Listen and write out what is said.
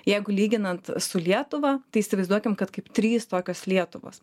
jeigu lyginant su lietuva tai įsivaizduokim kad kaip trys tokios lietuvos